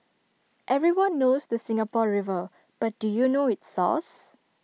everyone knows the Singapore river but do you know its source